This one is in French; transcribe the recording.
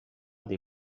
des